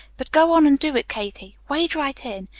but go on and do it, katie. wade right in!